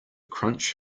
crunch